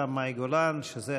וחברי